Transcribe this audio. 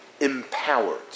empowered